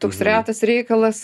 toks retas reikalas